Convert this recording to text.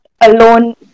alone